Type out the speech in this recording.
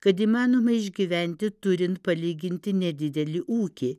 kad įmanoma išgyventi turint palyginti nedidelį ūkį